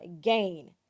gain